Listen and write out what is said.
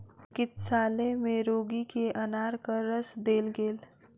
चिकित्सालय में रोगी के अनारक रस देल गेल